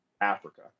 Africa